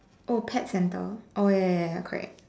oh pet center oh ya ya ya correct